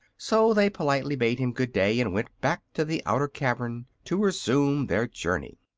so they politely bade him good day, and went back to the outer cavern to resume their journey.